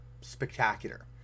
spectacular